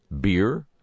beer